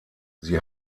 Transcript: sie